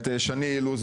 את שני אילוז,